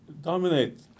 dominate